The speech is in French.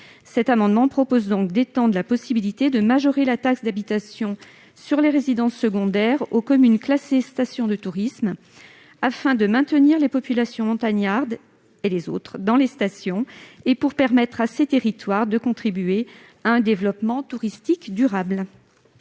Cet amendement tend donc à étendre la possibilité de majorer la taxe d'habitation sur les résidences secondaires aux communes classées « station de tourisme », afin de maintenir les populations dans les stations et de permettre à ces territoires de contribuer à un développement touristique durable.